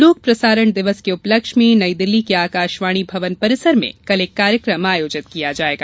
लोक प्रसारण दिवस के उपलक्ष्य में नई दिल्ली के आकाशवाणी भवन परिसर में कल एक कार्यक्रम आयोजित किया जाएगा